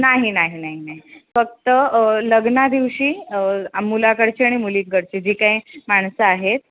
नाही नाही नाही नाही फक्त लग्नादिवशी मुलाकडचे आणि मुलीकडचे जे काय माणसं आहेत